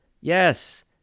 Yes